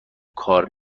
کار